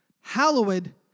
Hallowed